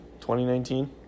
2019